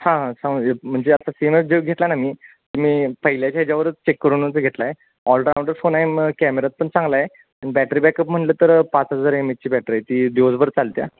हां हां सांगू शक म्हणजे आता सेमच जे घेतला ना मी मी पहिल्याच्या ह्याच्यावरच चेक करूनच घेतला आहे ऑल राऊंडर फोन आहे मग कॅमेरा पण चांगला आहे बॅटरी बॅकअप म्हणालं तर पाच हजार एम एचची बॅटरी आहे ती दिवसभर चालतिया